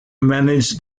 manage